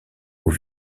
aux